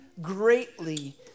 greatly